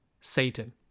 Satan